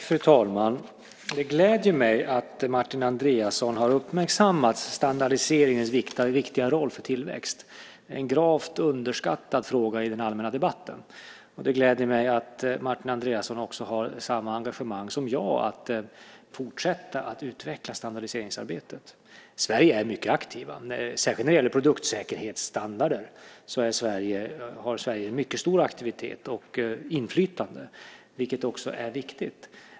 Fru talman! Det gläder mig att Martin Andreasson har uppmärksammat standardiseringens viktiga roll för tillväxt. Det är en gravt underskattad fråga i den allmänna debatten. Det gläder mig att Martin Andreasson har samma engagemang som jag att fortsätta att utveckla standardiseringsarbetet. Sverige är mycket aktivt. Särskilt när det gäller produktsäkerhetsstandarder har Sverige en mycket stor aktivitet och stort inflytande. Det är också viktigt.